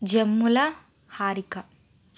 Jammula Harika